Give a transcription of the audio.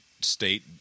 state